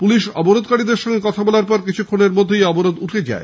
police অবরোধকারীদের সঙ্গে কথা বলার পর কিছুক্ষণের মধ্যে অবরোধ উঠে যায়